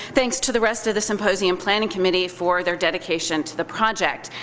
thanks to the rest of the symposium planning committee for their dedication to the project.